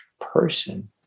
person